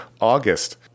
August